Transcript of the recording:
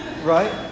right